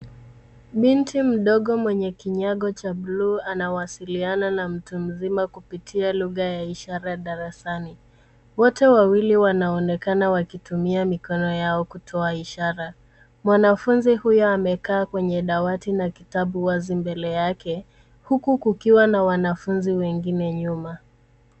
Binti mdogo mwenye kinyago cha buluu anawasiliana na mtu mzima kupitia lugha ya ishara darasani. Wote wawili wanaonekana wakitumia mikono yao kutoa ishara. Mwanafunzi huyu amekaa kwenye dawati na kitabu wazi mbele yake, huku kukiwa na wanafunzi wengine nyuma.